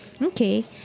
Okay